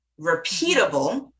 repeatable